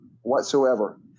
whatsoever